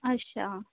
ਅੱਛਾ